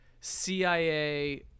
CIA